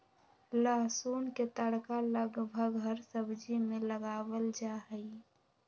लहसुन के तड़का लगभग हर सब्जी में लगावल जाहई